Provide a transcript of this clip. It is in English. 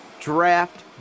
Draft